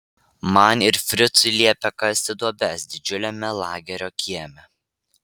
man ir fricui liepė kasti duobes didžiuliame lagerio kieme